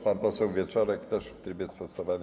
Pan poseł Wieczorek, też w trybie sprostowania.